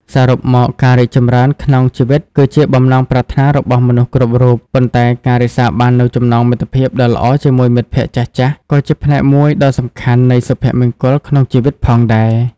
សរុបមក ការរីកចម្រើនក្នុងជីវិតគឺជាបំណងប្រាថ្នារបស់មនុស្សគ្រប់រូប ប៉ុន្តែការរក្សាបាននូវចំណងមិត្តភាពដ៏ល្អជាមួយមិត្តភក្តិចាស់ៗ ក៏ជាផ្នែកមួយដ៏សំខាន់នៃសុភមង្គលក្នុងជីវិតផងដែរ។